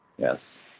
Yes